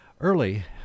Early